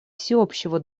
всеобщего